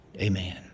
Amen